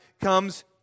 comes